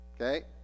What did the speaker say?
Okay